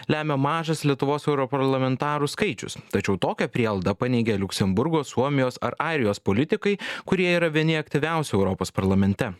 lemia mažas lietuvos europarlamentarų skaičius tačiau tokią prielaidą paneigė liuksemburgo suomijos ar airijos politikai kurie yra vieni aktyviausių europos parlamente